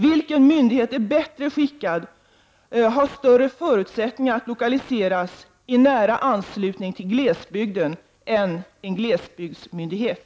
Vilken myndighet är bättre skickad och har större förutsättningar att lokaliseras i nära anslutning till glesbygden än en glesbygdsmyndighet?